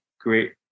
Great